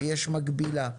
שיש מקבילה.